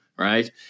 right